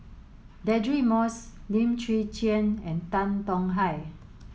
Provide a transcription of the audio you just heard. Deirdre Moss Lim Chwee Chian and Tan Tong Hye